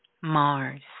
Mars